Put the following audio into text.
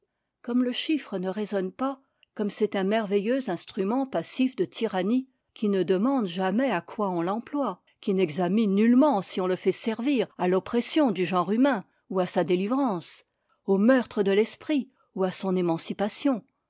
comme le chiffre ne raisonne pas comme c'est un merveilleux instrument passif de tyrannie qui ne demande jamais à quoi on l'emploie qui n'examine nullement si on le fait servir à l'oppression du genre humain ou à sa délivrance au meurtre de l'esprit ou à son émancipation